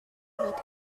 what